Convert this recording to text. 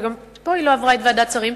וגם פה היא לא עברה את ועדת שרים,